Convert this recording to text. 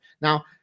Now